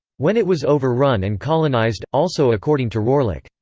when it was overrun and colonized also according to rohrlich,